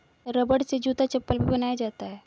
रबड़ से जूता चप्पल भी बनाया जाता है